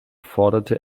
forderte